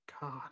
God